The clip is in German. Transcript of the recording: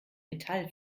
metall